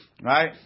Right